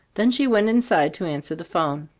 then she went inside to answer the phone.